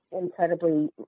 incredibly